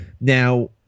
Now